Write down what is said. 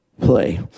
play